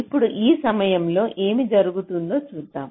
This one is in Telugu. ఇప్పుడు ఈ సమయంలో ఏమి జరుగుతుందో చూద్దాం